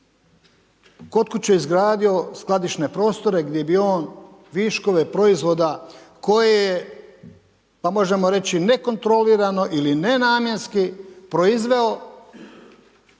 kod kuće izgradio skladišne prostore gdje gdje bi on viškove proizvoda koje je, pa možemo reći, nekontrolirano ili nenamjenski proizveo